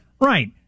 Right